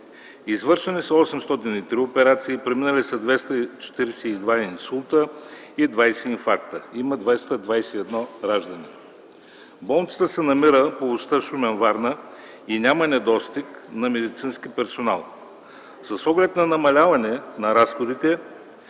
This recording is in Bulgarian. Извършени са 803 операции, преминали са 242 инсулта и 20 инфаркта. Има 221 раждания. Болницата се намира в областта Шумен-Варна и няма недостиг на медицински персонал. С оглед на намаляване на разходите